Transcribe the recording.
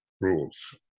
rules